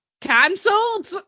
cancelled